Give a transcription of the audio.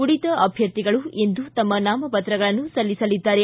ಉಳಿದ ಅಭ್ಯರ್ಥಿಗಳು ಇಂದು ತಮ್ಮ ನಾಮಪತ್ರಗಳನ್ನು ಸಲ್ಲಿಸಲಿದ್ದಾರೆ